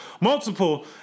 multiple